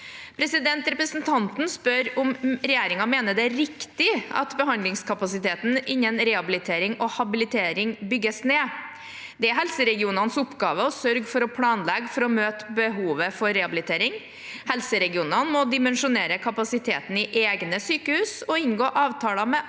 Representanten spør om regjeringen mener det er riktig at behandlingskapasiteten innen rehabilitering og habilitering bygges ned. Det er helseregionenes oppgave å sørge for å planlegge for å møte behovet for rehabilitering. Helseregionene må dimensjonere kapasiteten i egne sykehus og inngå avtaler med andre